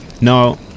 No